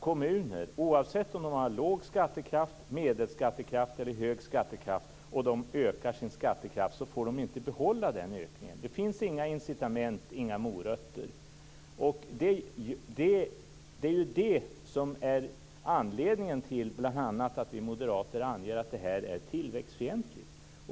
Kommuner, oavsett om de har låg skattekraft, medelskattekraft eller god skattekraft, som ökar sin skattekraft får inte behålla ökningen. Det finns inga incitament, inga morötter. Det är det som är anledningen till bl.a. att vi moderater anger att det här är tillväxtfientligt.